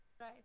Right